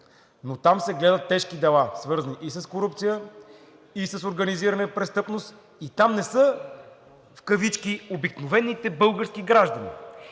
Но там се гледат тежки дела, свързани и с корупция, и с организирана престъпност, и там не са „обикновените български граждани“.